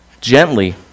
gently